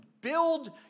build